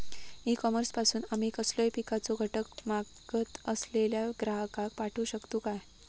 E commerce पासून आमी कसलोय पिकाचो घटक मागत असलेल्या ग्राहकाक पाठउक शकतू काय?